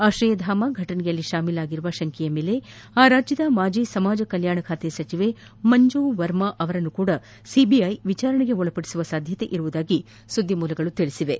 ಆಶ್ರಯಧಾಮ ಘಟನೆಯಲ್ಲಿ ಶಾಮೀಲಾಗಿರುವ ಶಂಕೆಯ ಮೇಲೆ ಆ ರಾಜ್ಯದ ಮಾಜಿ ಸಮಾಜ ಕಲ್ಯಾಣ ಸಚಿವೆ ಮಂಜುವರ್ಮಾ ಅವರನ್ನು ಸಹ ಸಿಬಿಐ ವಿಚಾರಣೆಗೆ ಒಳಪಡಿಸುವ ಸಂಭವವಿದೆ ಎಂದು ಮೂಲಗಳು ತಿಳಿಸಿವೆ